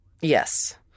Yes